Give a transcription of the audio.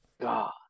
God